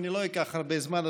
אני לא אקח הרבה זמן,